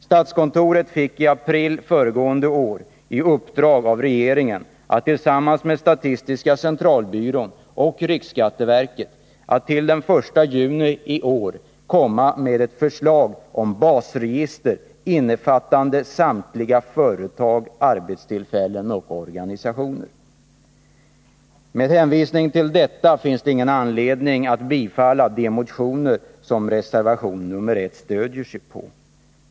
Statskontoret fick i april föregående år i uppdrag av regeringen att tillsammans med statistiska centralbyrån och riksskatteverket till den 1 juni i år komma med ett förslag om basregister innefattande samtliga företag, arbetstillfällen och organisationer. Med hänvisning till detta finns det ingen anledning att bifalla de motioner som reservation nr 1 stöder sig på.